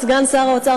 את סגן שר האוצר,